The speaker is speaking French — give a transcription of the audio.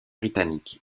britanniques